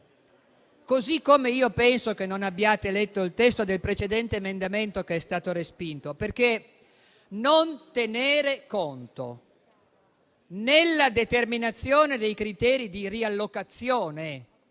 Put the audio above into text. così come penso che non abbiate letto il testo del precedente emendamento, che è stato respinto. Non tenere conto, nella determinazione dei criteri di riallocazione